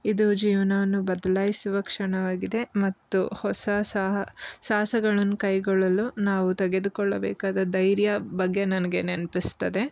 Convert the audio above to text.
ಇದು ಜೀವನವನ್ನು ಬದಲಾಯಿಸುವ ಕ್ಷಣವಾಗಿದೆ ಮತ್ತು ಹೊಸ ಸಾಹಸ ಸಾಹಸಗಳನ್ನು ಕೈಗೊಳ್ಳಲು ನಾವು ತೆಗೆದುಕೊಳ್ಳಬೇಕಾದ ಧೈರ್ಯ ಬಗ್ಗೆ ನನಗೆ ನೆನಪಿಸ್ತದೆ